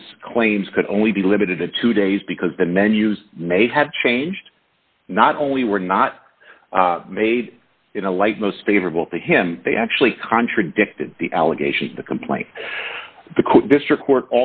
fox's claims could only be limited to two days because the menus may have changed not only were not made in a light most favorable to him they actually contradicted the allegations in the complaint the court district court